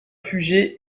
puget